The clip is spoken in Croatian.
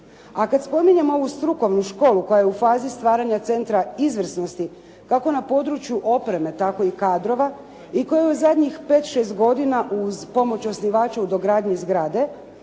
A kad spominjemo ovu strukovnu školu koja je u fazi stvaranja centra izvrsnosti kako na području opreme, tako i kadrova i koja je u zadnjih pet, šest godina uz pomoć osnivača u dogradnji zgrade